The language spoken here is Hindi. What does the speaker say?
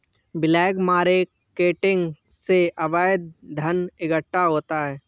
ब्लैक मार्केटिंग से अवैध धन इकट्ठा होता है